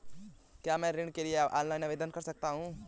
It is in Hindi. क्या मैं ऋण के लिए ऑनलाइन आवेदन कर सकता हूँ?